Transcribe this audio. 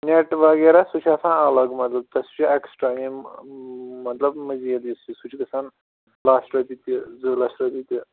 net وغیرہ سُہ چھُ آسان الگ مطلب تَتھ سُہ چھُ ایٚکٕسٹرٛا یِم مطلب مٔزیٖد یُس یہِ سُہ چھُ گژھان لچھ رۄپیہِ تہِ زٕ لَچھ رۄپیہِ تہِ